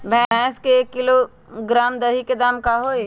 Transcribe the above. भैस के एक किलोग्राम दही के दाम का होई?